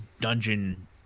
dungeon